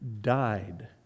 died